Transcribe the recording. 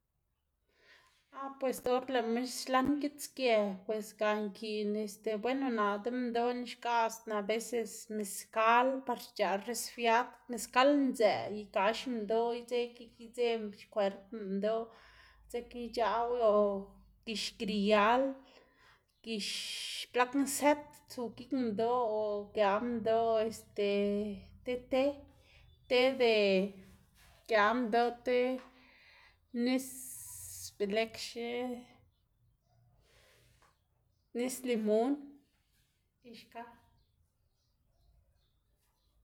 Ah pues or lëꞌma xlan gitsgë pues ga nkiꞌn este bueno naꞌ deminndoꞌná xgaꞌsná aveces mezcal par xc̲h̲aꞌ resfriad, mezcal ndzë y gax minndoꞌ idze gik idze xkwerpn minndoꞌ dzekna ic̲h̲aꞌwo o gix griyal, gix blag nzët tsu gik minndoꞌ o gia minndoꞌ este ti te, te de, gia minndoꞌ ti nis belëkxe nis limun y xka.